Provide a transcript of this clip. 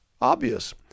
obvious